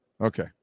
Okay